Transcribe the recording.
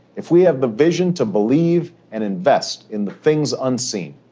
if we have the vision to believe and invest in the things unseen,